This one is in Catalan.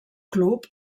club